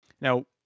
Now